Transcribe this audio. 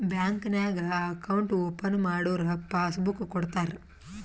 bank ನಾಗ್ account open ಮಾಡುರ್ passbook ಕೊಡ್ತಾರ